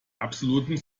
absoluten